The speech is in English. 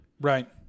right